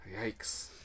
yikes